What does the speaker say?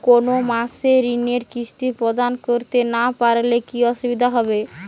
কোনো মাসে ঋণের কিস্তি প্রদান করতে না পারলে কি অসুবিধা হবে?